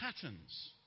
patterns